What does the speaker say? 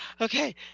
okay